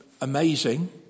amazing